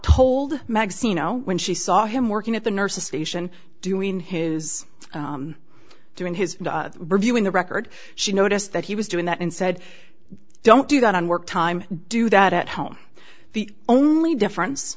told magazine oh when she saw him working at the nurse's station doing his doing his reviewing the record she noticed that he was doing that and said don't do that on work time do that at home the only difference